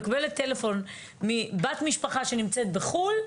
מקבלת טלפון מבת משפחה שנמצאת בחו"ל,